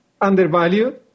undervalued